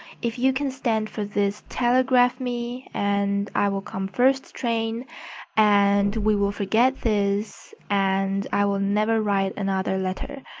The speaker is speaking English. if you can stand for this telagraf me and i will come first train and we will forget this and i will never write another letter.